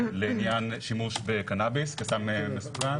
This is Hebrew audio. לעניין שימוש בקנאביס כסם מסוכן.